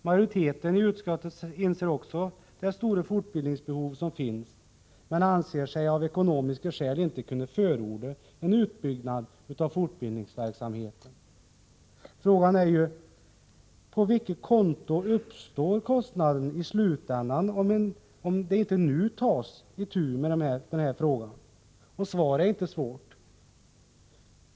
Majoriteten i utskottet inser också det stora behov som finns, men anser sig av ekonomiska skäl inte kunna förorda en utbyggnad av fortbildningsverksamheten. Frågan är ju: På vilket konto uppstår kostnaden i slutändan om det inte nu tas itu med denna fråga? Svaret är inte svårt att finna.